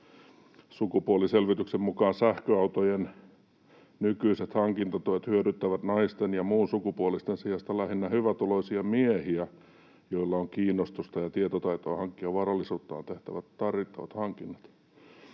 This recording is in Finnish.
Sukupuoliselvityksen mukaan sähköautojen nykyiset hankintatuet hyödyttävät naisten ja muunsukupuolisten sijasta lähinnä hyvätuloisia miehiä, joilla on kiinnostusta ja tietotaitoa hankkia varallisuuteen tähtäävät tarvittavat hankinnat.